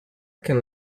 can